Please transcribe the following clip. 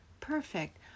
perfect